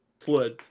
flood